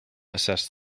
assess